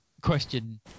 question